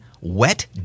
wet